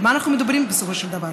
על מה אנחנו מדברים בסופו של דבר.